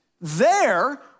there